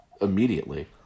immediately